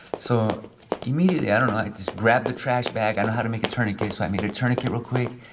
so immediately, i dunno, and i just grabbed the trash bag. i know how to make a tourniquet so i made a tourniquet real quick.